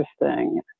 interesting